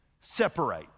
separate